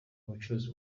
ubucuruzi